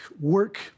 work